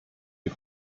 die